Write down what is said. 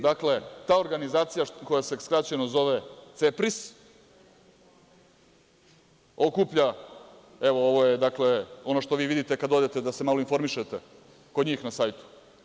Dakle, ta organizacija koje se skraćeno zove CEPRIS okuplja, evo ovo je, dakle ono što vi vidite kada odete da se malo informišete kod njih na sajtu.